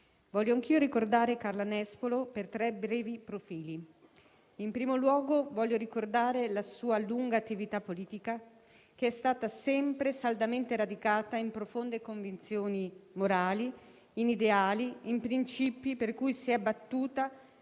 voglio anch'io ricordare Carla Nespolo per tre brevi profili. In primo luogo, voglio ricordare la sua lunga attività politica, che è stata sempre saldamente radicata in profonde convinzioni morali, in ideali e in principi per cui si è battuta